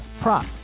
prop